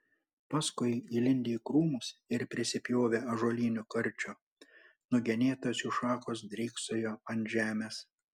paskui įlindę į krūmus ir prisipjovę ąžuolinių karčių nugenėtos jų šakos dryksojo ant žemės